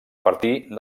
partir